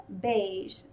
Beige